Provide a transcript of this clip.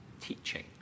teaching